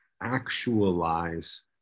actualize